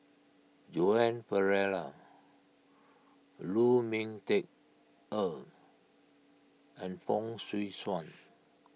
Joan Pereira Lu Ming Teh Earl and Fong Swee Suan